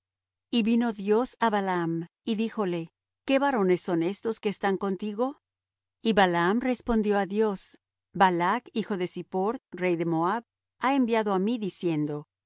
y vino dios á balaam y díjole qué varones son estos que están contigo y balaam respondió á dios balac hijo de zippor rey de moab ha enviado á mí diciendo